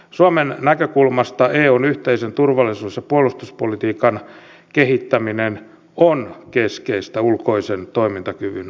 suomen näkökulmasta eun yhteisen turvallisuus ja puolustuspolitiikan kehittäminen on keskeistä ulkoisen toimintakyvyn vahvistamiseksi